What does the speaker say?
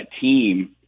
team